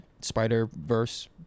Spider-Verse